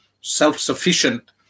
self-sufficient